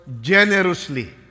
generously